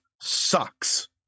sucks